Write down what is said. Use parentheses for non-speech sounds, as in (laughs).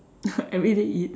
(laughs) everyday eat